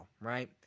right